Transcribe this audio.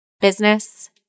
business